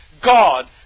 God